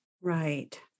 Right